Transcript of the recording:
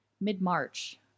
mid-March